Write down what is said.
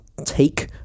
take